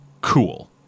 cool